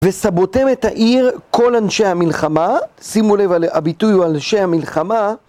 וסבותם את העיר כל אנשי המלחמה שימו לב, הביטוי הוא על אנשי המלחמה